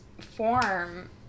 form